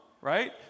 right